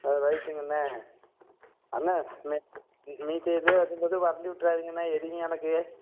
ஆ ரைட்டுங்கண்ணே அண்ணே மீ மீசையை இது எடுக்கும் போது வரண்டி விட்டிறாதீங்கண்ணே எரியும் எனக்கு